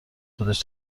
خودش